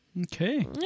Okay